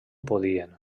podien